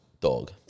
dog